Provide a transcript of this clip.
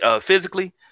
physically